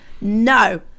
No